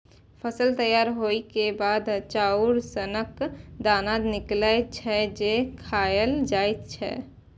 फसल तैयार होइ के बाद चाउर सनक दाना निकलै छै, जे खायल जाए छै